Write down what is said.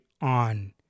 on